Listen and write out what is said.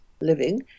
living